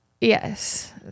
Yes